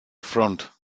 front